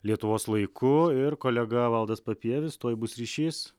lietuvos laiku ir kolega valdas papievis tuoj bus ryšys